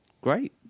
Great